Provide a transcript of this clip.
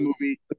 movie